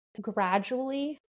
gradually